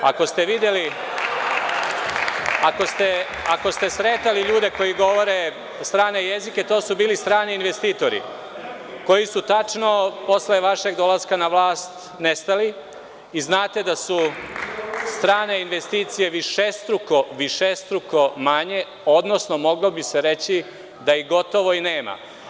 Ako ste sretali ljude koji govore strane jezike, to su bili strani investitori koji su tačno posle vašeg dolaska na vlast nestali i znate da su strane investicije višestruko, višestruko manje, odnosno moglo bi se reći da ih gotovo i nema.